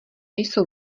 jsou